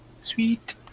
Sweet